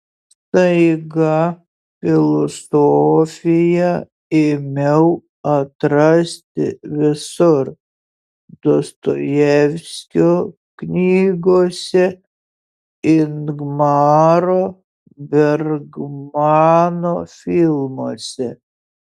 staiga filosofiją ėmiau atrasti visur dostojevskio knygose ingmaro bergmano filmuose